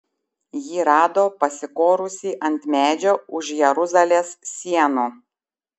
jį rado pasikorusį ant medžio už jeruzalės sienų